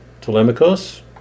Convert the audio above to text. Telemachus